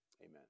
amen